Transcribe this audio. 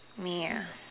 me ah